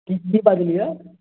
की की बाजलियै